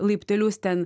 laiptelius ten